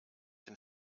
den